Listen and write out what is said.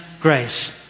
grace